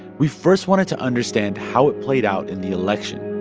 we first wanted to understand how it played out in the election.